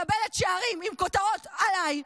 מקבלת שערים עם כותרות עליי,